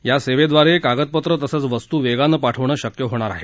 या सेवेद्वारे कागदपत्रं तसंच वस्तू वेगानं पाठवणं शक्य होणार आहे